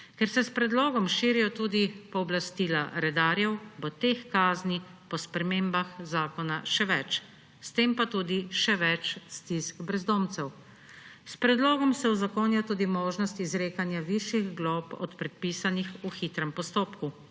Ker se s predlogom širijo tudi pooblastila redarjev, bo teh kazni po spremembah zakona še več, s tem pa tudi še več stisk brezdomcev. S predlogom se uzakonjajo tudi možnosti izrekanja višjih glob od predpisanih v hitrem postopku.